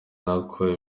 nako